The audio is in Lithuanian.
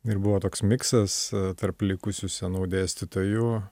ir buvo toks miksas tarp likusių senų dėstytojų